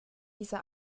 diese